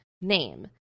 name